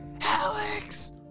Alex